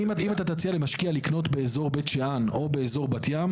אם אתה תציע למשקיע לקנות באזור בית שאן או באזור בת ים,